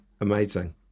Amazing